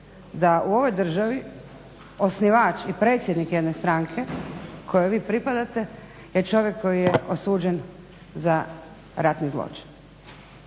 da u ovoj državi osnivač i predsjednik jedne stranke kojoj vi pripadate je čovjek koji je osuđen za ratni zločin?